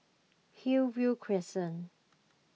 Hillview Crescent